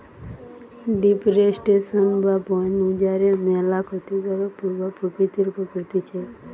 deforestation বা বন উজাড়ের ম্যালা ক্ষতিকারক প্রভাব প্রকৃতির উপর পড়তিছে